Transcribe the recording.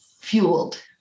fueled